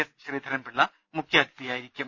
S Sreedharan Pillai മുഖ്യാതിഥി ആയിരിക്കും